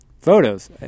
photos